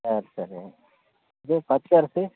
சரி சரி இது பச்சரிசி